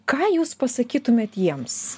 ką jūs pasakytumėt jiems